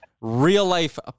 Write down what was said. real-life